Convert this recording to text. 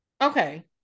okay